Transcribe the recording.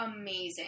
amazing